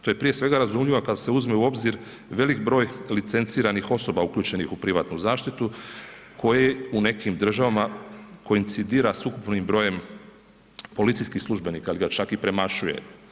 To je prije svega razumljivo, kada se uzme u obzir veliki broj licenciranih osoba uključenih u privatnu zaštitu, koje u nekim državama … sa ukupnim brojem policijskih službenika ili ga čak i premašuje.